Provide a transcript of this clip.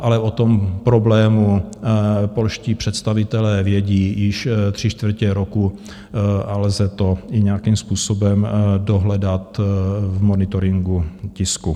Ale o tom problému polští představitelé vědí již tři čtvrtě roku a lze to i nějakým způsobem dohledat v monitoringu tisku.